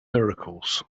miracles